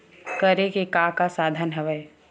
करे के का का साधन हवय?